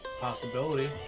Possibility